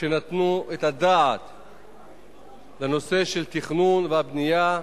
שנתנו את הדעת על נושא התכנון והבנייה.